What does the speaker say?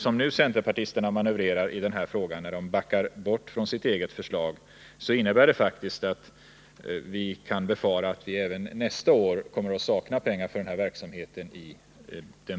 Som centerpartisterna nu manövrerat i den här frågan, när de backat bort från sitt eget förslag, kan vi befara att vi även i den budget som läggs fram nästa år kommer att sakna pengar för den här verksamheten.